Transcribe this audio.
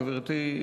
גברתי,